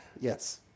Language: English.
Yes